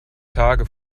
tage